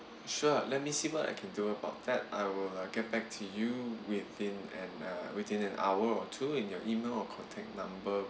sure let me see what I can do about that I will get back to you within an uh within an hour or two in your email or contact number